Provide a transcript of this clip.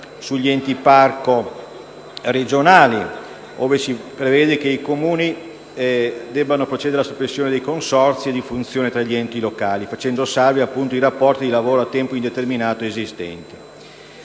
sugli enti parco regionali ove si prevede che i Comuni devono procedere alla soppressione dei consorzi di funzioni tra enti locali, facendo salvi i rapporti di lavoro a tempo indeterminato esistenti.